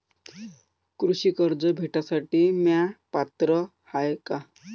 कृषी कर्ज भेटासाठी म्या पात्र हाय का?